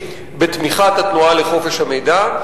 בתמיכת התנועה לחופש המידע,